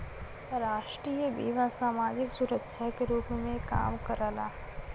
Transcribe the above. राष्ट्रीय बीमा समाजिक सुरक्षा के रूप में काम करला